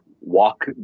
walk